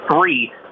three